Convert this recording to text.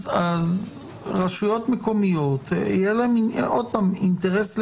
אז רשויות מקומיות יהיה להן אינטרס להצטרף.